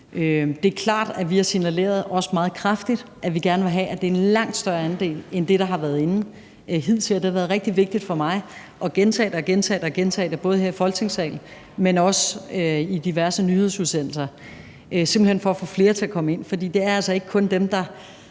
Det er klart, at vi har signaleret – også meget kraftigt – at vi gerne vil have, at det er en langt større andel end den, der har været inde hidtil. Og det har været rigtig vigtigt for mig at gentage det og gentage det både her i Folketingssalen, men også i diverse nyhedsudsendelser, simpelt hen for at få flere til at komme ind. For det er altså ikke kun dem, der,